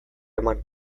eman